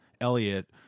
Elliot